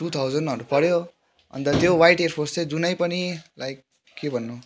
two थाउजन्डहरू पऱ्यो अन्त त्यो वाइट एयर फोर्स चाहिँ जुनै पनि लाइक के भन्नु